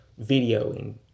videoing